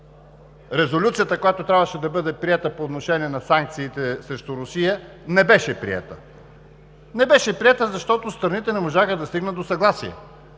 резолюцията, която трябваше да бъде приета по отношение на санкциите срещу Русия, не беше приета. Не беше приета, защото страните не можаха да стигнат до съгласие.